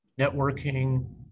networking